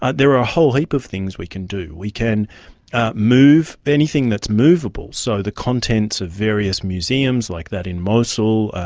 ah there are a whole heap of things we can do. we can move anything that's movable, so the contents of various museums like that in mosul,